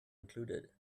included